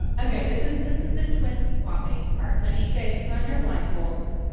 okay this is this is the twin swapping part so i need you guys to put on your blindfolds.